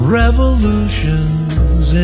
revolutions